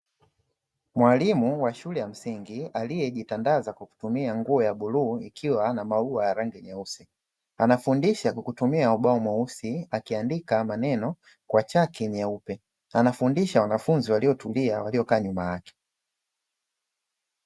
Mwalimu wa shule ya msingi aliyejitandaza kwa kutumia nguo ya bluu ikiwa na maua ya rangi nyeusi, anafundisha kwa kutumia ubao mweusi akiandika maneno kwa chaki nyeupe, anafundisha wanafunzi waliotulia waliokaa nyuma yake.